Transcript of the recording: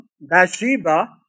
Bathsheba